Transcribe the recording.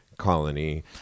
colony